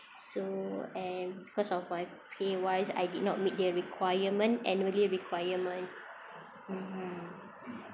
so and because of my pay wise I did not meet their requirement annually requirement mmhmm